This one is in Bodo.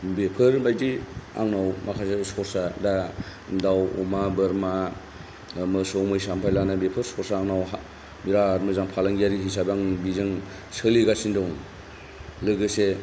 बेफोरबायदि आंनाव माखासे सर्सआ दा दाउ अमा बोरमा मोसौ मैसानिफ्राय लानानै बेफोर सर्सआ आंनाव हा बिराद मोजां फालांगियारि हिसाबै आं बिजों सोलिगासिनो दं लोगोसे